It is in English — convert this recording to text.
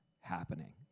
happening